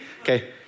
Okay